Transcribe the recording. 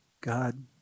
God